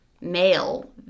male